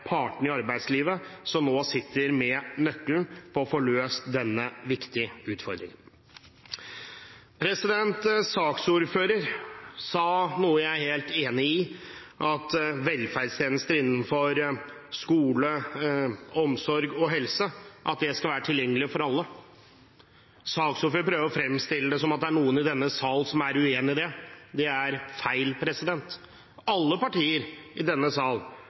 partene i arbeidslivet som nå sitter med nøkkelen til å få løst denne viktige utfordringen. Saksordføreren sa noe jeg er helt enig i, at velferdstjenester innenfor skole, omsorg og helse skal være tilgjengelig for alle. Saksordføreren prøver å fremstille det som om det er noen i denne sal som er uenig i det. Det er feil. Alle partier i denne sal